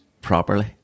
properly